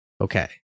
Okay